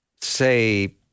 say